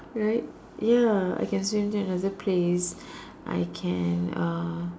right ya I can swim to another place I can uh